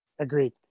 Agreed